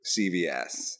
CVS